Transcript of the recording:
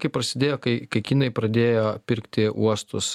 kai prasidėjo kai kai kinai pradėjo pirkti uostus